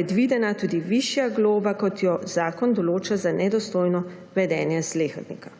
predvidena tudi višja globa, kot jo zakon določa za nedostojno vedenje slehernika.